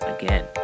again